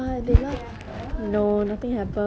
what are what did your friends do